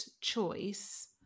choice